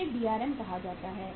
इसे DRM कहा जाता है